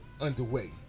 underway